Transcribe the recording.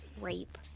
Rape